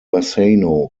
bassano